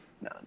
no